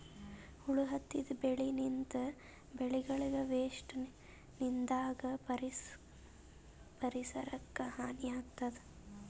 ಹುಳ ಹತ್ತಿದ್ ಬೆಳಿನಿಂತ್, ಬೆಳಿಗಳದೂ ವೇಸ್ಟ್ ನಿಂದಾಗ್ ಪರಿಸರಕ್ಕ್ ಹಾನಿ ಆಗ್ತದ್